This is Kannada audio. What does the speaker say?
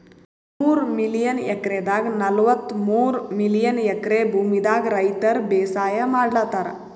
ನೂರ್ ಮಿಲಿಯನ್ ಎಕ್ರೆದಾಗ್ ನಲ್ವತ್ತಮೂರ್ ಮಿಲಿಯನ್ ಎಕ್ರೆ ಭೂಮಿದಾಗ್ ರೈತರ್ ಬೇಸಾಯ್ ಮಾಡ್ಲತಾರ್